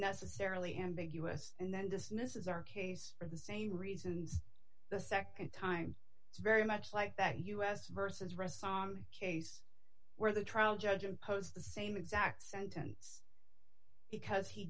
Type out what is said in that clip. unnecessarily ambiguous and then dismisses our case for the same reasons the nd time it's very much like that us versus rest on the case where the trial judge imposed the same exact sentence because he